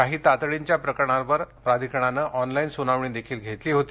काही तातडीच्या प्रकरणांवर प्राधिकरणाने ऑनलाईन सुनावणी देखील घेतली होती